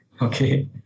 okay